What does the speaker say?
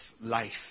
life